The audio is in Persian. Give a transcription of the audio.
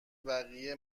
بقیه